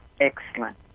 Excellent